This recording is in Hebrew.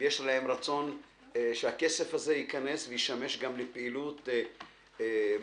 יש להם רצון שהכסף הזה ייכנס וישמש גם לפעילות מעשית,